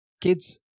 kids